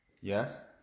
Yes